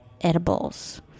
edibles